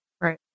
Right